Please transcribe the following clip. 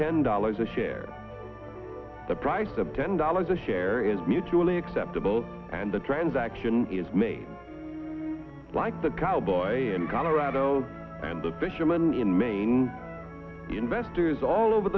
ten dollars a share the price of ten dollars a share is mutually acceptable and the transaction is made like the cowboy in colorado and the fisherman in maine investors all over